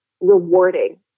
rewarding